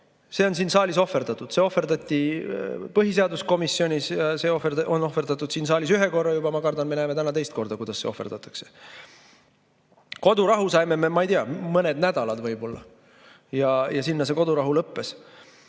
on siin saalis ohverdatud. See ohverdati põhiseaduskomisjonis, see on ohverdatud siin saalis ühe korra juba, ja ma kardan, et me näeme täna teist korda, kuidas see ohverdatakse. Kodurahu saime me mõned nädalad võib-olla. Ja sinna see kodurahu lõppes.